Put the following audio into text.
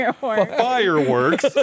fireworks